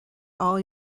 all